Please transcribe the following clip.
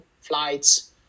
flights